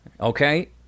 okay